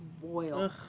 boil